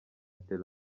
tel